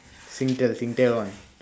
Singtel Singtel [one]